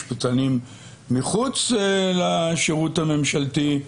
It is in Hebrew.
משפטנים מחוץ לשירות הממשלתי,